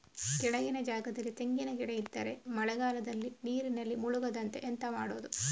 ಕೆಳಗಿನ ಜಾಗದಲ್ಲಿ ತೆಂಗಿನ ಗಿಡ ಇದ್ದರೆ ಮಳೆಗಾಲದಲ್ಲಿ ನೀರಿನಲ್ಲಿ ಮುಳುಗದಂತೆ ಎಂತ ಮಾಡೋದು?